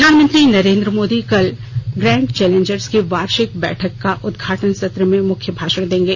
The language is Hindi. प्रधानमंत्री नरेन्द्र मोदी कल ग्रैंड चैलेंजेस की वार्षिक बैठक के उद्घाटन सत्र में मुख्य भाषण देंगे